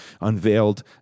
unveiled